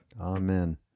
Amen